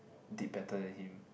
did better than him